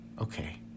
okay